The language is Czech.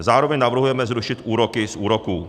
Zároveň navrhujeme zrušit úroky z úroků.